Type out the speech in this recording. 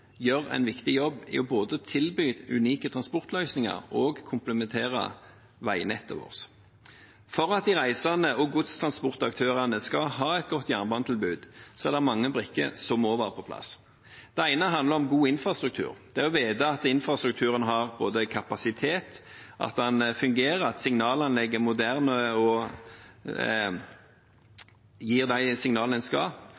gjør en viktig jobb med både å tilby unike transportløsninger og å komplementere veinettet vårt. For at de reisende og godstransportaktørene skal ha et godt jernbanetilbud, er det mange brikker som må være på plass. Det ene handler om god infrastruktur, det å vite at infrastrukturen har kapasitet, at den fungerer, at signalanlegget er moderne og gir de signalene det skal,